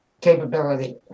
capability